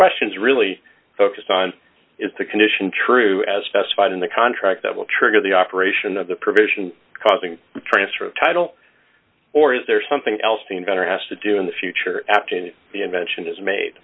questions really focus on is the condition true as specified in the contract that will trigger the operation of the provision causing a transfer of title or is there something else being done or has to do in the future after the invention is made